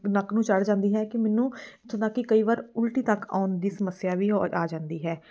ਨੱਕ ਨੂੰ ਚੜ ਜਾਂਦੀ ਹੈ ਕਿ ਮੈਨੂੰ ਉੱਥੋਂ ਤਾਂ ਕਿ ਕਈ ਵਾਰ ਉਲਟੀ ਤੱਕ ਆਉਣ ਦੀ ਸਮੱਸਿਆ ਵੀ ਹੋ ਆ ਜਾਂਦੀ ਹੈ